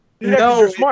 No